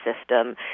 system